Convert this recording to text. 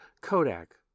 Kodak